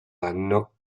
anno